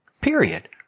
Period